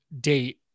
date